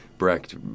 Brecht